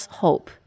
hope